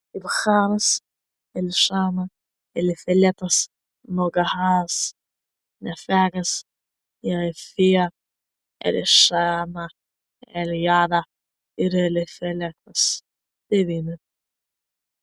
ibharas elišama elifeletas nogahas nefegas jafija elišama eljada ir elifeletas devyni